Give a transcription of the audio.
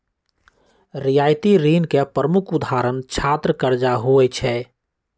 रियायती ऋण के प्रमुख उदाहरण छात्र करजा होइ छइ